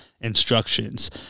instructions